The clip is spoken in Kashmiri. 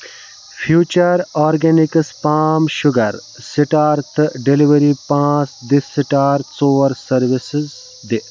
future organics palm sugar star تہٕ ڈیلیوری پانٛژ دِ سِٹار ژور سٔروسِز دِ